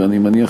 ואני מניח,